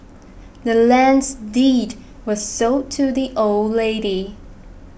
the land's deed was sold to the old lady